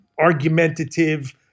argumentative